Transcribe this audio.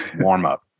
warm-up